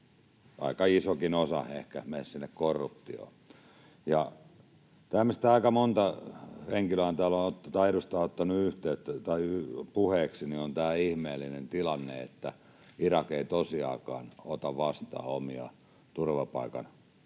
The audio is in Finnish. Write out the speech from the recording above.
aika isokin osa ehkä, sinne korruptioon. Ja minkä aika moni edustaja on ottanut puheeksi: on tämä ihmeellinen tilanne, että Irak ei tosiaankaan ota vastaan täältä turvapaikanhakijoita,